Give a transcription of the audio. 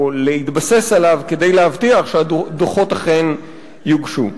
להתבסס עליו כדי להבטיח שהדוחות אכן יוגשו.